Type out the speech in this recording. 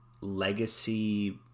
legacy